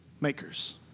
makers